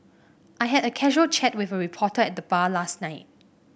I had a casual chat with a reporter at the bar last night